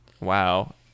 Wow